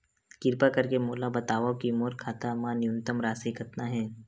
किरपा करके मोला बतावव कि मोर खाता मा न्यूनतम राशि कतना हे